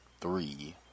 three